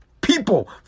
People